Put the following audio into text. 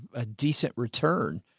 a, a decent return.